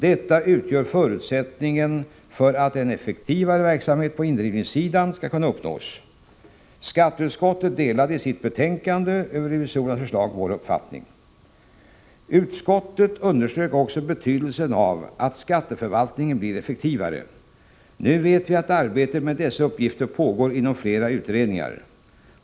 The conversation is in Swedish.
Detta utgör förutsättningen för att en effektivare verksamhet på indrivningssidan skall kunna uppnås. Skatteutskottet delade i sitt betänkande över revisorernas förslag vår uppfattning. Utskottet underströk också betydelsen av att skatteförvaltningen blir effektivare. Nu vet vi att arbetet med dessa uppgifter pågår inom flera utredningar.